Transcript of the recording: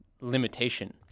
limitation